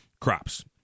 crops